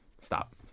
Stop